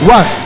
One